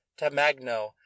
Tamagno